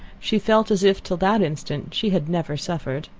she felt as if, till that instant, she had never suffered.